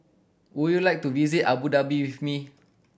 would you like to visit Abu Dhabi with me